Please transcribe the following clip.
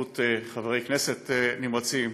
בזכות חברי כנסת נמרצים,